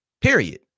Period